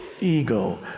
ego